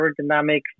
aerodynamics